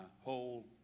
whole